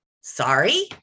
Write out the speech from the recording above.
sorry